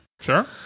Sure